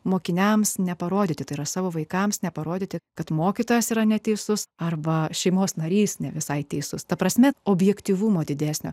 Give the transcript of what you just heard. mokiniams neparodyti tai yra savo vaikams neparodyti kad mokytojas yra neteisus arba šeimos narys ne visai teisus ta prasme objektyvumo didesnio